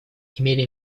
имели